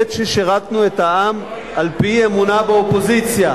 בעת ששירתנו את העם על-פי אמונה באופוזיציה,